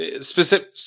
specific